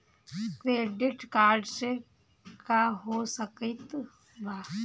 Credit card से का हो सकइत बा?